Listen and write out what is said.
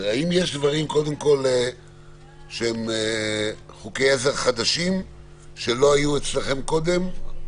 האם יש דברים קודם כל שהם חוקי עזר חדשים שלא היו אצלכם קודם?